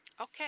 Okay